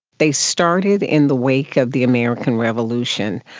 they started in the wake of the american revolution.